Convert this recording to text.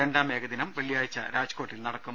രണ്ടാം ഏകദിനം വെള്ളിയാഴ്ച രാജ്കോട്ടിൽ നടക്കും